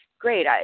Great